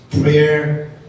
Prayer